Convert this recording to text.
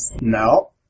No